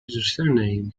suriname